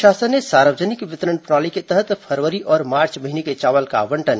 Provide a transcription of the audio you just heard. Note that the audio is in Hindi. राज्य शासन ने सार्वजनिक वितरण प्रणाली के तहत फरवरी और मार्च महीने के चावल का आवंटन